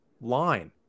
line